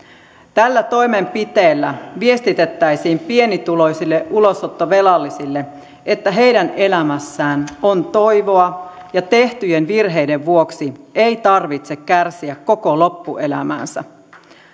tällä toimenpiteellä viestitettäisiin pienituloisille ulosottovelallisille että heidän elämässään on toivoa ja tehtyjen virheiden vuoksi ei tarvitse kärsiä koko loppuelämäänsä